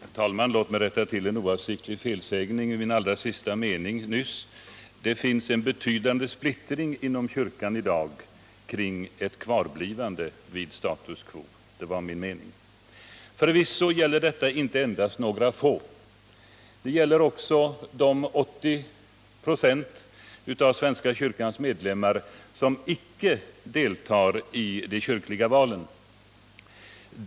Herr talman! Låt mig först rätta till en oavsiktlig felsägning nyss—- iden allra sista meningen av mitt föregående anförande. Vad jag avsåg att säga var att det i dag råder en betydande splittring inom svenska kyrkan kring ett kvarblivande vid status quo. Förvisso gäller detta inte endast några få, utan det gäller också de 80 96 av svenska kyrkans medlemmar som icke deltar i de kyrkliga valen.